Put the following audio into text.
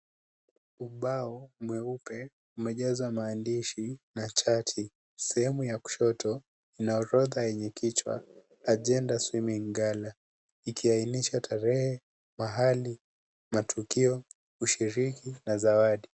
Ubao mweupe umejazwa maandishi na chati. Sehemu ya kushoto, ina orodha yenye kichwa agenda swimming gala ikiainisha tarehe, mahali, matukio, kushiriki na zawadi.